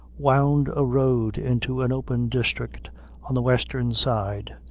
wound a road into an open district on the western side,